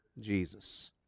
Jesus